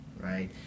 right